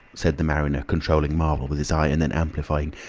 said the mariner, controlling marvel with his eye, and then amplifying,